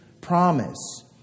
promise